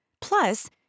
Plus